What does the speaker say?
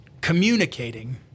communicating